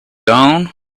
down